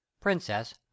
Princess